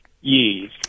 Yes